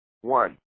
One